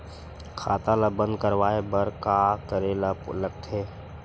खाता ला बंद करवाय बार का करे ला लगथे?